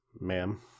ma'am